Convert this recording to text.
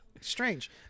Strange